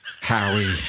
Howie